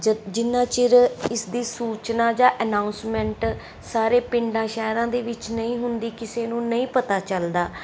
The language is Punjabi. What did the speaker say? ਜਦ ਜਿੰਨਾ ਚਿਰ ਇਸ ਦੀ ਸੂਚਨਾ ਜਾਂ ਅਨਾਊਂਸਮੈਂਟ ਸਾਰੇ ਪਿੰਡਾਂ ਸ਼ਹਿਰਾਂ ਦੇ ਵਿੱਚ ਨਹੀਂ ਹੁੰਦੀ ਕਿਸੇ ਨੂੰ ਨਹੀਂ ਪਤਾ ਚੱਲਦਾ